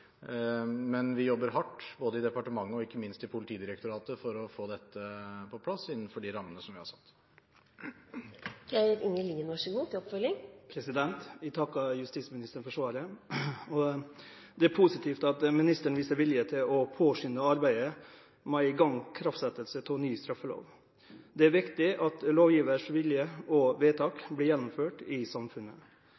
men vi jobber hardt både i departementet og ikke minst i Politidirektoratet for å få dette på plass innenfor de rammene vi har satt. Jeg takker ministeren for svaret. Det er positivt at ministeren viser vilje til å påskynde arbeidet med ikraftsettelse av ny straffelov. Det er viktig at lovgivers vilje og vedtak